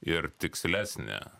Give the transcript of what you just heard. ir tikslesnė